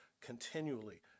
continually